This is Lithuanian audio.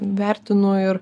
vertinu ir